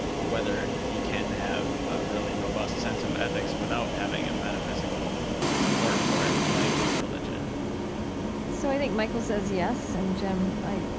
whether you can have a really robust sense of ethics without having a metaphysical support for it, like religion so, i think michael says yes, and jim, i,